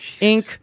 Inc